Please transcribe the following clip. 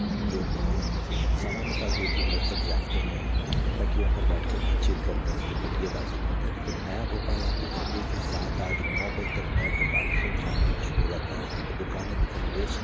यानी लोग वहाँ सामान्यतः दो तीन बजे तक जागते हैं पटियों पर बैठके बातचीत करते हैं उसको पटियेबाजी कहते हैं लेकिन नया भोपाल आप देखेंगे कि सात आठ नौ बजे तक नए भोपाल सुनसान होना शुरू हो जाता है और यहाँ पे दुकानें भी कमोवेश